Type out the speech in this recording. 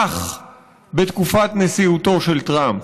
שמטופח בתקופת נשיאותו של טראמפ.